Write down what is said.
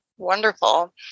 Wonderful